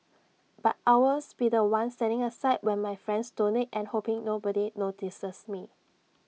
but I'll always be The One standing aside when my friends donate and hoping nobody notices me